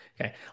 Okay